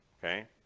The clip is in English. Okay